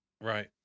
Right